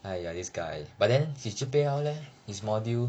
but then his G_P_A how leh his module